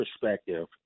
perspective